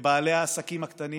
ובבעלי העסקים הקטנים